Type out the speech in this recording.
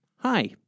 Hi